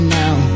now